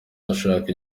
ashaka